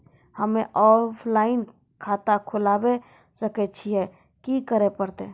हम्मे ऑफलाइन खाता खोलबावे सकय छियै, की करे परतै?